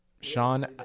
Sean